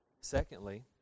Secondly